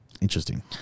Interesting